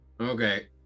Okay